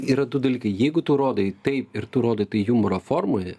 yra du dalykai jeigu tu rodai tai ir tu rodai tai jumoro formoje